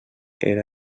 era